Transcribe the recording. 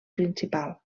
principal